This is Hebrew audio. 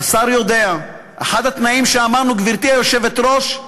השר יודע, אחד התנאים שאמרנו, גברתי היושבת-ראש,